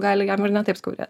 gali ir ne taip skaudėt